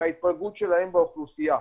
מההתפלגות שלהם באוכלוסייה.